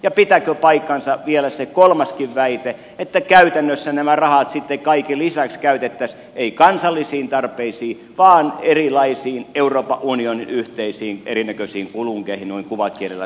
ja pitääkö paikkaansa vielä se kolmaskin väite että käytännössä nämä rahat sitten kaiken lisäksi käytettäisiin ei kansallisiin tarpeisiin vaan erilaisiin euroopan unionin yhteisiin erinäköisiin kulunkeihin noin kuvakielellä sanottuna